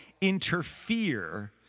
interfere